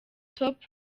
top